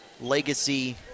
Legacy